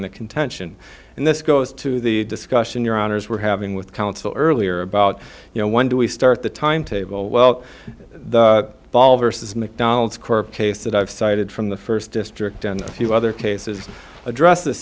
the contention and this goes to the discussion your honour's were having with counsel earlier about you know when do we start the timetable well the ball vs mcdonald's corp case that i've cited from the first district and few other cases addressed this